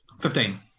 Fifteen